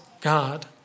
God